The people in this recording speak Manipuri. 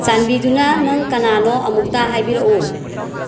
ꯆꯥꯟꯕꯤꯗꯨꯅ ꯅꯪ ꯀꯅꯥꯅꯣ ꯑꯃꯨꯛꯇ ꯍꯥꯏꯕꯤꯔꯛꯎ